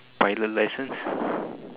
pilot license